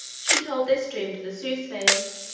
she told this dream to the soothsayers,